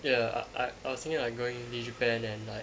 ya I I I was like thinking of going Digipen and like